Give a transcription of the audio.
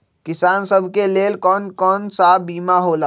किसान सब के लेल कौन कौन सा बीमा होला?